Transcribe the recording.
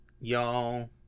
y'all